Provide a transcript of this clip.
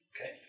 Okay